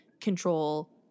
control